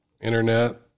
Internet